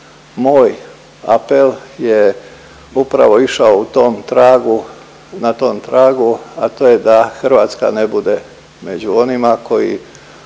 moj apel je upravo išao u tom tragu, na tom tragu, a to je da Hrvatska ne bude među onima koji